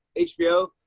hbo.